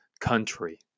country